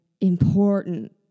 important